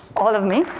all of me.